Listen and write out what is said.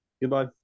Goodbye